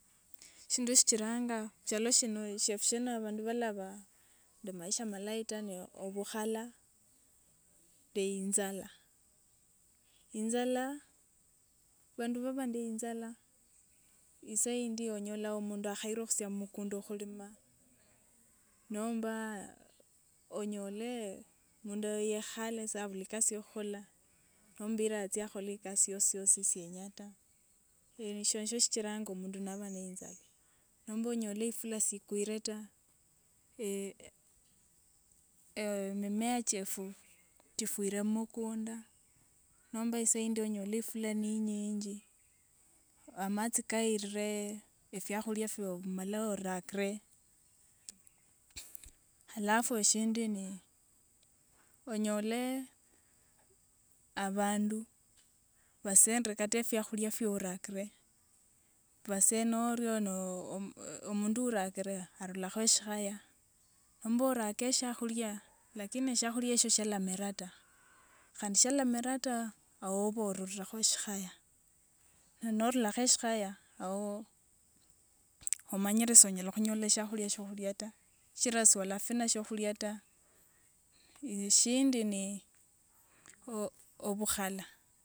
Shindu shichiranga shialo shino shiefu shino abandu balaba nde maisha malayi ta ne obukhala nde inzala. Inzala bandu baba nde inzala isaindi onyola omundu akhayirwe khutsia mumukunda khulima nomba aa onyole mundu oyo yekhalesa abula ikasi yokhukhola nombira atsie akhole ikasi yosiyosi siyenyata, ii nisho shichiranga mundu naba niinzala, nomba onyole ifula siikwire ta ee mimea chiefu chifwire mumukunda nomba isaa yindi onyole ifula niinyinji amatsi kayirire efiakhulia fyomala orakire, alafu eshindi ni onyole abandu basenere kata efiakhulia fyorakire basena orio noo omundu urakire arulakho eshikhaya nomba orake shiakhulia lakini shiakhulia eshio shalamera ta khandi shalamera ta awo oba orulirekho shikhaya na norulakho eshikhaya awo omanyire shonyala khunyola shiakhulia shiokhulia ta sichira salafina shiokhulia ta, ishiindi nii oo- obukhala.